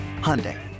Hyundai